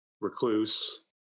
Recluse